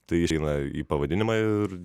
tai išeina į pavadinimą ir